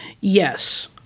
Yes